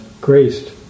graced